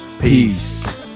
Peace